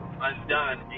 undone